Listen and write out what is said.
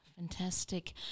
Fantastic